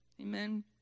Amen